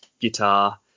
guitar